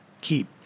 keep